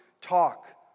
talk